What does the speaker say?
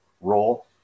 role